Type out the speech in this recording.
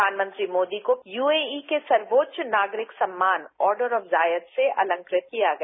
प्रबानमंत्री मोदी को यूएई के सर्वोच्च नागरिक सम्मान ऑर्डर ऑफ जायेद से अलंकृत किया गया